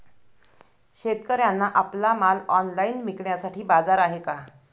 शेतकऱ्यांना आपला माल ऑनलाइन विकण्यासाठी बाजार आहे का?